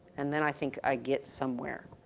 and then i think i get somewhere.